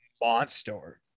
monster